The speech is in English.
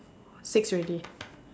four six already